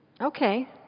Okay